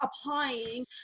Applying